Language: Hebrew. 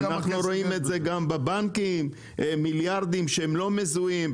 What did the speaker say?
אנחנו רואים את זה גם בבנקים מיליארדים שלא מזוהים.